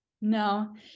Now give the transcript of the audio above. no